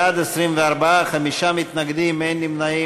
בעד, 24, חמישה מתנגדים, אין נמנעים.